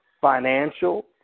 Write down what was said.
financial